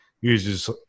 uses